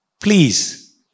please